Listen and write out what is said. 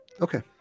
Okay